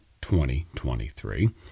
2023